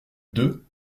deux